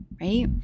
right